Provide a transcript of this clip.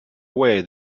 away